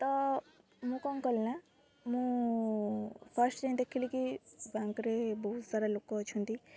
ତ ମୁଁ କ'ଣ କଲି ନା ମୁଁ ଫାର୍ଷ୍ଟ ଯାଇକି ଦେଖିଲି କି ବ୍ୟାଙ୍କରେ ବହୁତ ସାରା ଲୋକ ଅଛନ୍ତି